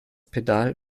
pedal